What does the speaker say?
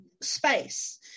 space